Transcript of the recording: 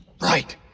Right